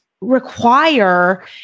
require